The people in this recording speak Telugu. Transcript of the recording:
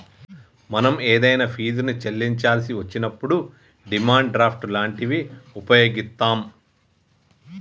మనం ఏదైనా ఫీజుని చెల్లించాల్సి వచ్చినప్పుడు డిమాండ్ డ్రాఫ్ట్ లాంటివి వుపయోగిత్తాం